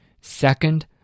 second